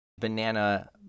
banana